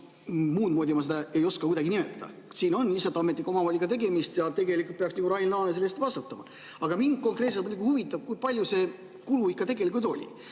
Muud moodi ma seda ei oska kuidagi nimetada. Siin on lihtsalt ametnike omavoliga tegemist ja tegelikult peaks Rain Laane selle eest vastutama. Aga mind konkreetselt muidugi huvitab, kui suur see kulu ikka tegelikult on.